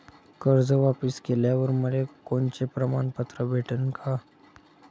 कर्ज वापिस केल्यावर मले कोनचे प्रमाणपत्र भेटन का?